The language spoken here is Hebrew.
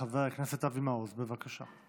חבר הכנסת אבי מעוז, בבקשה.